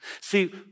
See